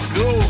go